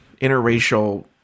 interracial